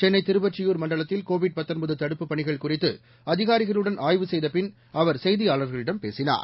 சென்னை திருவொற்றியூர் மண்டலத்தில் கோவிட் தடுப்புப் பணிகள் குறித்து அதிகாரிகளுடன் ஆய்வு செய்தபின் அவர் செய்தியாளர்களிடம் பேசினார்